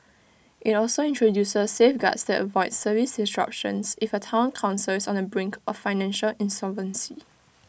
IT also introduces safeguards that avoid service disruptions if A Town Council is on the brink of financial insolvency